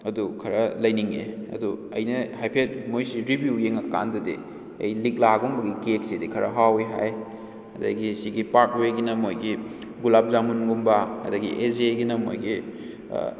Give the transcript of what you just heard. ꯑꯗꯨ ꯈꯔ ꯂꯩꯅꯤꯡꯉꯤ ꯑꯗꯨ ꯑꯩꯅ ꯍꯥꯏꯐꯦꯠ ꯃꯣꯏꯁꯤ ꯔꯤꯚ꯭ꯌꯨ ꯌꯦꯡꯉꯛꯀꯥꯟꯗꯗꯤ ꯑꯩ ꯂꯤꯛꯂꯥꯒꯨꯝꯕꯒꯤ ꯀꯦꯛꯁꯤꯗꯤ ꯈꯔ ꯍꯥꯎꯏ ꯍꯥꯏ ꯑꯗꯨꯗꯒꯤ ꯑꯁꯤꯒꯤ ꯄꯥꯔꯛꯋꯦꯒꯤꯅ ꯃꯣꯏꯒꯤ ꯒꯨꯂꯥꯞ ꯖꯥꯃꯨꯟꯒꯨꯝꯕ ꯑꯗꯨꯗꯒꯤ ꯑꯦ ꯖꯦꯒꯤꯅ ꯃꯣꯏꯒꯤ